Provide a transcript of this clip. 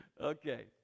Okay